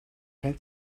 geen